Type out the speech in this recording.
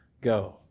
go